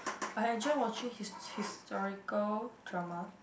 I enjoy watching his~ historical drama